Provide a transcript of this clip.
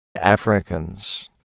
Africans